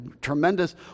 tremendous